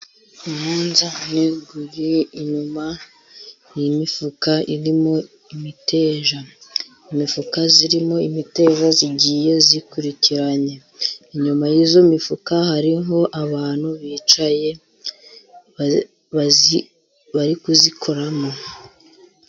Umunzani uri inyuma y'imifuka irimo imiteja. Imifuka irimo imiteza igiye ikurikiranye, inyuma y'iyo mifuka hariho abantu bicaye bari kuyikoramo.